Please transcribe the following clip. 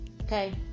Okay